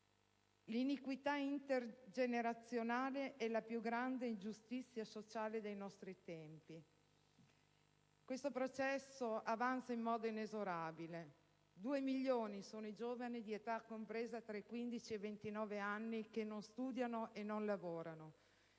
L'iniquità intergenerazionale è la più grande ingiustizia sociale dei nostri tempi. Questo processo avanza in modo inesorabile. Due milioni sono i giovani di età compresa tra i 15 e i 29 anni che non studiano e non lavorano.